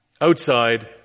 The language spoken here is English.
outside